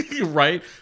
right